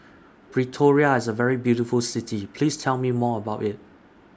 Pretoria IS A very beautiful City Please Tell Me More about IT